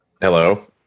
hello